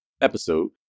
episode